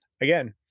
again